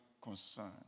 concern